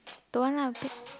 don't want lah